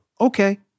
Okay